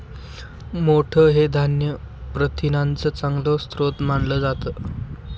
मोठ हे धान्य प्रथिनांचा चांगला स्रोत मानला जातो